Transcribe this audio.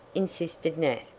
insisted nat.